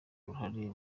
uruhare